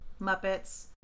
Muppets